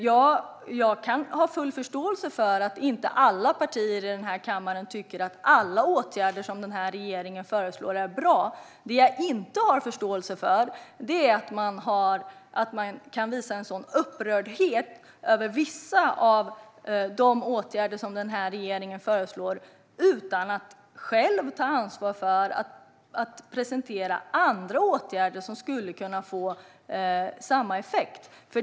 Jag kan ha full förståelse för att inte alla partier i den här kammaren tycker att alla åtgärder som regeringen föreslår är bra. Det jag inte har förståelse för är sådan upprördhet över vissa av regeringens förslag utan att man själv tar ansvar för att presentera andra åtgärder som skulle kunna få samma effekt.